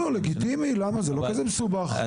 לגיטימי למה זה לא כזה מסובך,